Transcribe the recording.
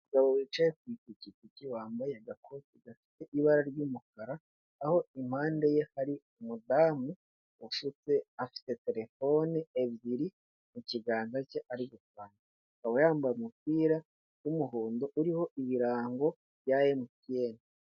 Umugabo wicaye ku ipikipiki wambaye agakoti gafite ibara ry'umukara, aho impande ye hari umudamu washutse, afite telefone ebyiri mu kiganza cye ari gurukanda, yambaye umupira w'umuhondo uriho ibirango bya MTN.